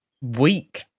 weak